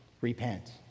repent